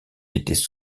étaient